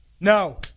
no